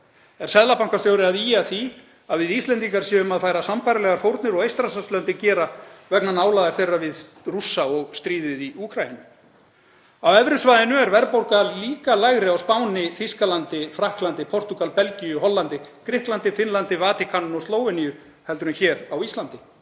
Er seðlabankastjóri að ýja að því að við Íslendingar séum að færa sambærilegar fórnir og Eystrasaltslöndin gera vegna nálægðar þeirra við Rússa og stríðið í Úkraínu? Á evrusvæðinu er verðbólga líka lægri á Spáni, Þýskalandi, Frakklandi, Portúgal, Belgíu, Hollandi, Grikklandi, Finnlandi, Vatíkaninu og Slóveníu heldur en hér á Íslandi.